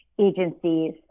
agencies